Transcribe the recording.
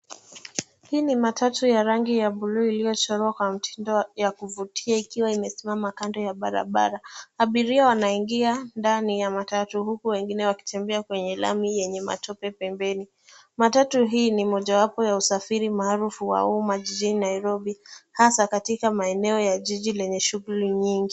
Hii ni matatu ya rangi ya buluu iliyochorwa kwa mtindo ya kuvutia ikiwa imesimama kando ya barabara. Abiria wanaingia ndani ya matatu huku wengine wakitembea kwenye lami yenye matope pembeni. Matatu hii ni mojawapo ya usafiri maharufu wa uma jijini Nairobi, hasa katika maeneo ya jiji lenye shughuli nyingi.